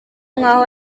nk’aho